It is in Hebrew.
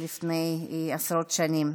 לפני עשרות שנים.